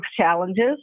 challenges